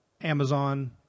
Amazon